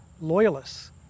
loyalists